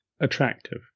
attractive